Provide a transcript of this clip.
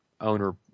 Owner